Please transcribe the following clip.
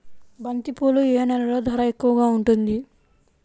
బంతిపూలు ఏ నెలలో ధర ఎక్కువగా ఉంటుంది?